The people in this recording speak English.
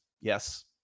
Yes